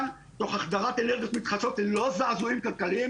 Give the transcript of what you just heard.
תוך החדרת אנרגיות מתחדשות ללא זעזועים כלכליים